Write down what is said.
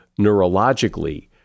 neurologically